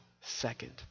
second